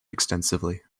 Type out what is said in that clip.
extensively